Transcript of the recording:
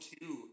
two